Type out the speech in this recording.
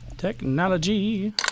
Technology